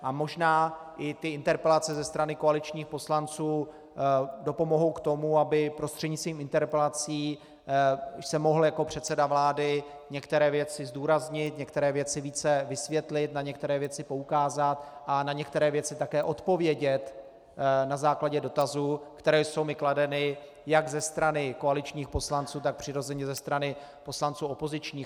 A možná i ty interpelace ze strany koaličních poslanců dopomohou k tomu, abych prostřednictvím interpelací mohl jako předseda vlády některé věci zdůraznit, některé věci více vysvětlit, na některé věci poukázat a na některé věci také odpovědět na základě dotazů, které jsou mi kladeny jak ze strany koaličních poslanců, tak přirozeně ze strany poslanců opozičních.